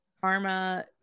Karma